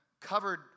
covered